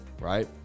right